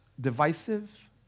divisive